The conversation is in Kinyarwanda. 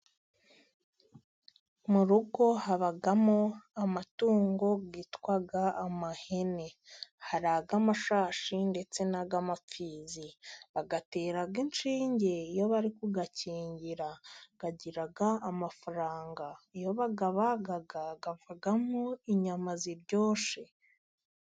Mu rugo habamo amatungo yitwa ihene, hari iz'amashashi, ndetse n'iz'impfizi, bazitera inshinge iyo bari kuzikingira, zigira amafaranga, iyo bazibaze zivamo inyama ziryoshye.